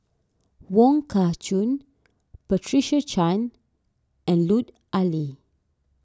Wong Kah Chun Patricia Chan and Lut Ali